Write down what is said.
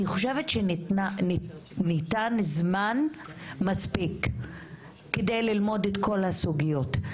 אני חושבת שניתן זמן מספיק כדי ללמוד את כל הסוגיות,